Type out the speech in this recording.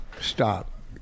Stop